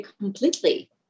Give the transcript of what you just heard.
completely